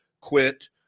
quit